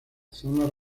zonas